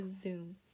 Zoom